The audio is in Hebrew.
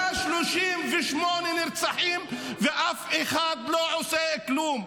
138 נרצחים ואף אחד לא עושה כלום.